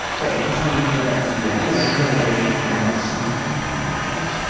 great. i just wanted to get it, yeah you know, verbally said so i can point back to it.